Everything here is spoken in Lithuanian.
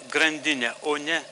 grandinę o ne